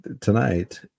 tonight